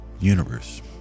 universe